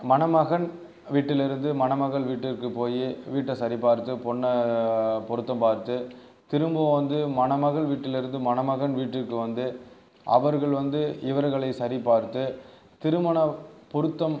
மணமகன் வீட்டுலேருந்து மணமகள் வீட்டிற்கு போயி வீட்டை சரிபார்த்து பொண்ணை பொருத்தம் பார்த்து திரும்பவும் வந்து மணமகள் வீட்டுலேருந்து மணமகன் வீட்டுக்கு வந்து அவர்கள் வந்து இவர்களை சரிபார்த்து திருமணம் பொருத்தம்